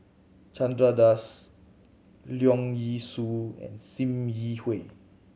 Chandra Das Leong Yee Soo and Sim Yi Hui